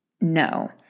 no